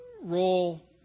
role